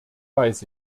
weiß